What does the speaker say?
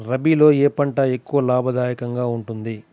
రబీలో ఏ పంట ఎక్కువ లాభదాయకంగా ఉంటుంది?